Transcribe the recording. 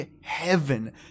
heaven